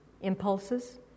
impulses